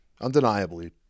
Undeniably